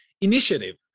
initiative